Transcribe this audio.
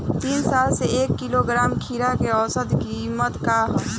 तीन साल से एक किलोग्राम खीरा के औसत किमत का ह?